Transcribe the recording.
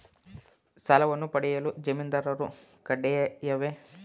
ಸಾಲವನ್ನು ಪಡೆಯಲು ಜಾಮೀನುದಾರರು ಕಡ್ಡಾಯವೇ?